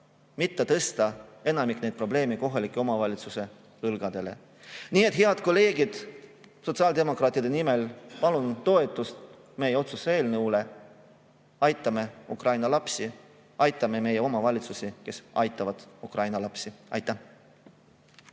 mitte tõsta enamiku probleeme kohaliku omavalitsuse õlgadele. Nii et, head kolleegid, sotsiaaldemokraatide nimel palun toetust meie otsuse eelnõule. Aitame Ukraina lapsi, aitame meie omavalitsusi, kes aitavad Ukraina lapsi. Aitäh!